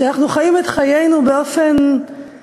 על כך שאנחנו חיים את חיינו באופן חזירי,